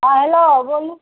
हँ हेलो बोलू